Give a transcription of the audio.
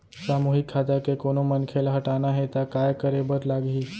सामूहिक खाता के कोनो मनखे ला हटाना हे ता काय करे बर लागही?